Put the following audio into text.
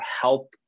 help